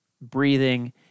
breathing